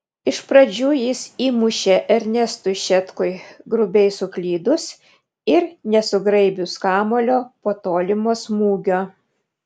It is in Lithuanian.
iš pradžių jis įmušė ernestui šetkui grubiai suklydus ir nesugraibius kamuolio po tolimo smūgio